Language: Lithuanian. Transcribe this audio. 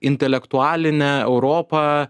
intelektualinę europą